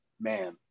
man